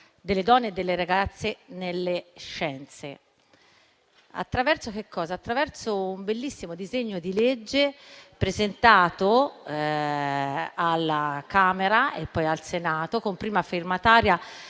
delle donne e delle ragazze nella scienza, attraverso un bellissimo disegno di legge presentato alla Camera e poi al Senato, prima firmataria